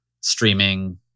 streaming